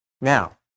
now